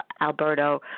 Alberto